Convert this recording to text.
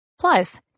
Plus